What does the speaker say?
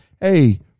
Hey